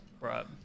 Right